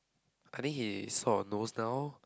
I think he sort of knows now